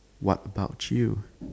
what about you